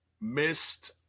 missed